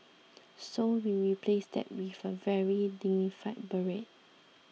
so we replaced that with a very dignified beret